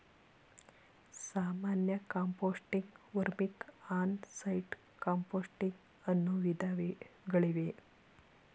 ಸಾಮಾನ್ಯ composting, vermic, on site composting ಅನ್ನೂ ವಿಧಗಳಿವೆ